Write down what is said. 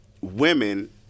women